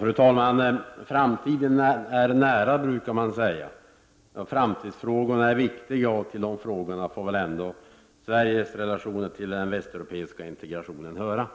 Fru talman! Framtiden är nära, brukar man säga. Framtidsfrågorna är viktiga, och till de frågorna får väl ändå Sveriges relationer till den västeurope iska integrationen höra.